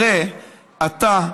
הרי אתה,